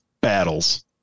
battles